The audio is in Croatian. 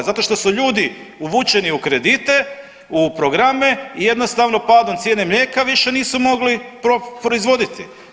Zato što su ljudi uvučeni u kredite, u programe i jednostavno padom cijene mlijeka više nisu mogli proizvoditi.